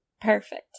Perfect